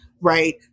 right